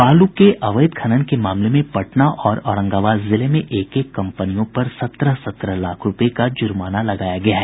बालू के अवैध खनन के मामले में पटना और औरंगाबाद जिले में एक एक कम्पनियों पर सत्रह सत्रह लाख रूपये का जुर्माना लगाया गया है